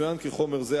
יצוין כי חומר זה,